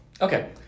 Okay